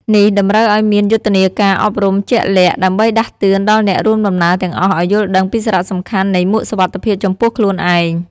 នេះតម្រូវឱ្យមានយុទ្ធនាការអប់រំជាក់លាក់ ដើម្បីដាស់តឿនដល់អ្នករួមដំណើរទាំងអស់ឱ្យយល់ដឹងពីសារៈសំខាន់នៃមួកសុវត្ថិភាពចំពោះខ្លួនឯង។